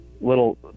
little